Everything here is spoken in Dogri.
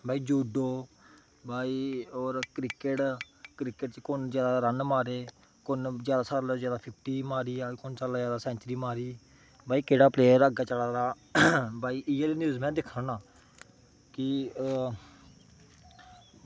भई जूडो भई होर क्रिकेट क्रिकेट च कुनै जादै रन मारे कुनै जादै कोला फिफ्टी मारी कुनै जादै सैंचुरी मारियां भई केह्ड़ा प्लेयर अग्गें चला दा भई इयै नेहीं न्यूज़ में दिक्खाना की